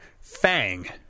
Fang